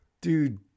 dude